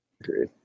Agreed